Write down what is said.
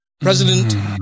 President